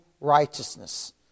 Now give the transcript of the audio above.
righteousness